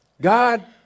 God